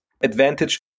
advantage